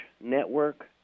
network